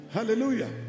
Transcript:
Hallelujah